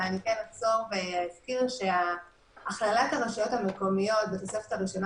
ואני אחזור ואזכיר שהכללת הרשויות המקומיות בתוספת הראשונה